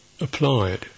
applied